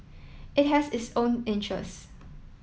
it has its own interests